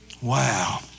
Wow